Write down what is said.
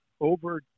over